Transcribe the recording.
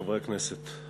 חברי הכנסת,